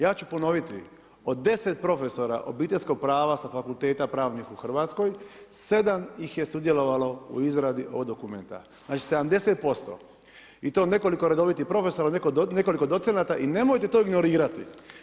Ja ću ponoviti, od deset profesora obiteljskog prava sa fakulteta pravnih u Hrvatskoj sedam ih je sudjelovalo u izradi ovog dokumenta, znači 70% i to nekoliko redovitih profesora, nekoliko docenata i nemojte to ignorirati.